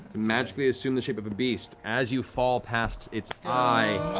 magically assume the shape of a beast. as you fall past its eye